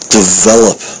develop